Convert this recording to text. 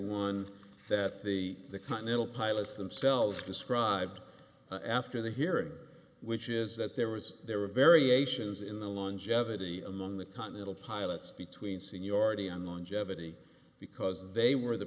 one that the continental pilots themselves described after the hearing which is that there was there were variations in the longevity among the continental pilots between seniority and longevity because they were the